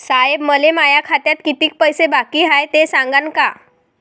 साहेब, मले माया खात्यात कितीक पैसे बाकी हाय, ते सांगान का?